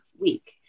week